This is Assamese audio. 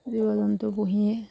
জীৱ জন্তু পুহিয়েই